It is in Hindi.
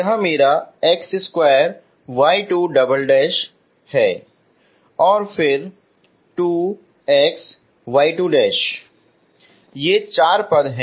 ये चार पद हैं और फिर x2 y2 ये चार पद हैं